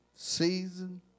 Season